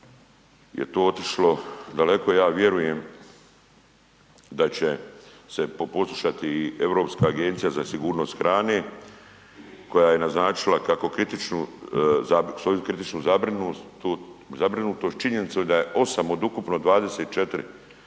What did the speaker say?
je to otišlo daleko. Ja vjerujem da će se poslušati i Europska agencija za sigurnost hrane koja je naznačila svoju kritičnu zabrinutost, činjenicu da je 8 od ukupno 24